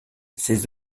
ses